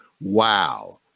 Wow